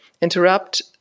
interrupt